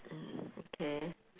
mm okay